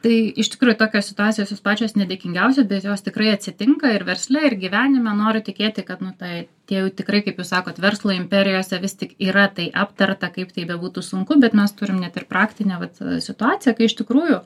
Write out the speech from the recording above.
tai iš tikrųjų tokios situacijos jos pačios nedėkingiausias bet jos tikrai atsitinka ir versle ir gyvenime noriu tikėti kad nu tai tie jau tikrai kaip jūs sakot verslo imperijose vis tik yra tai aptarta kaip tai bebūtų sunku bet mes turim net ir praktinę vat situaciją kai iš tikrųjų